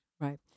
right